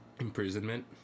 Imprisonment